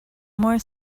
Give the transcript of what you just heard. more